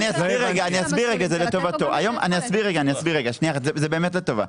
אני אסביר רגע, זה באמת לטובה.